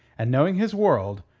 and, knowing his world,